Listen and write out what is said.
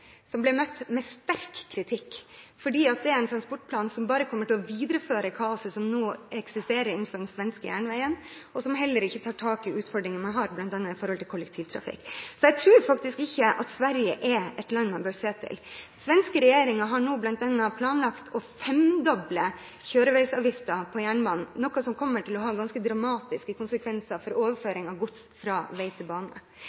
som ble møtt med sterk kritikk, fordi det er en transportplan som bare kommer til å videreføre det kaoset som nå eksisterer innenfor den svenske «järnvägen», og som heller ikke tar tak i de utfordringene man har, bl.a. når det gjelder kollektivtrafikk. Så jeg tror ikke at Sverige er et land man bør se til. Den svenske regjeringen har bl.a. planlagt å femdoble kjøreveisavgiften for jernbanen, noe som kommer til å få ganske dramatiske konsekvenser for overføring av gods fra vei til bane.